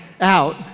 out